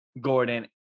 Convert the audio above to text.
Gordon